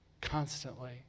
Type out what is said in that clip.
constantly